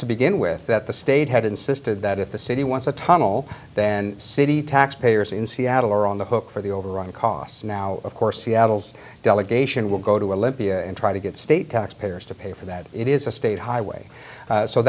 to begin with that the state had insisted that if the city wants a tunnel then city taxpayers in seattle are on the hook for the overall costs now of course seattle's delegation will go to a libya and try to get state taxpayers to pay for that it is a state highway